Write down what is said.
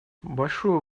большую